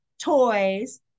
toys